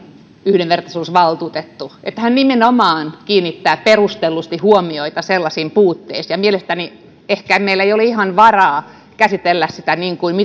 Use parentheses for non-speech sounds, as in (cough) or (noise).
yhdenvertaisuusvaltuutettu että hän nimenomaan kiinnittää perustellusti huomiota sellaisiin puutteisiin ja mielestäni ehkä meillä ei ole ihan varaa käsitellä sitä niin kuin (unintelligible)